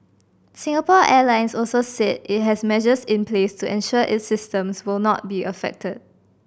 Singapore Airlines also said it has measures in place to ensure its systems will not be affected